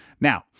Now